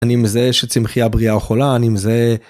אני מזהה שצמחיה בריאה או חולה, אני מזהה.